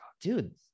dude